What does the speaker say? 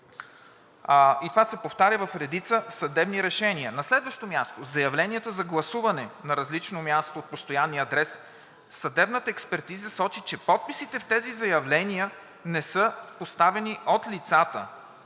И това се повтаря в редица съдебни решения. На следващо място, заявленията за гласуване на различно място от постоянния адрес. Съдебната експертиза сочи, че подписите в тези заявления не са поставени от лицата,